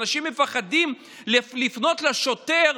אנשים מפחדים לפנות לשוטר,